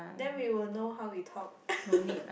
then we will know how we talk